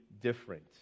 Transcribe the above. different